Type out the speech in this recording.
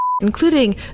Including